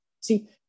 See